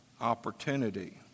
opportunity